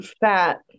fat